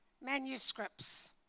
manuscripts